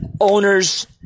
owners